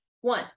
One